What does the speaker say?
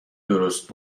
درست